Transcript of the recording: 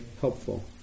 helpful